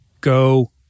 go